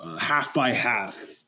half-by-half